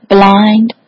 blind